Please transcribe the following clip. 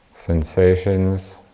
sensations